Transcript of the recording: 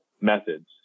methods